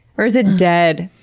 or is it dead?